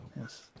yes